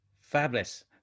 Fabulous